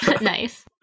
Nice